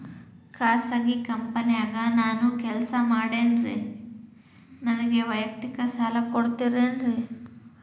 ಖಾಸಗಿ ಕಂಪನ್ಯಾಗ ನಾನು ಕೆಲಸ ಮಾಡ್ತೇನ್ರಿ, ನನಗ ವೈಯಕ್ತಿಕ ಸಾಲ ಕೊಡ್ತೇರೇನ್ರಿ?